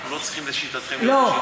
אנחנו לא צריכים, לשיטתכם, לא.